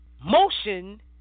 motion